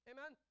Amen